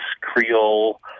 Creole